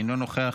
אינו נוכח,